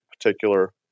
particular